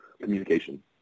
communication